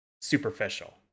superficial